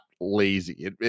lazy